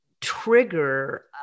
trigger